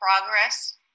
progress